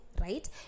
Right